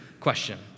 question